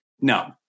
No